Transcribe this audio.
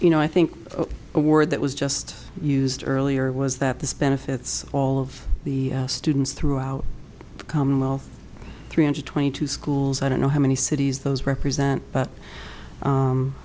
you know i think the word that was just used earlier was that this benefits all of the students throughout the commonwealth three hundred twenty two schools i don't know how many cities those represent but